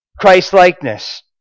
Christ-likeness